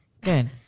Good